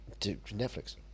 Netflix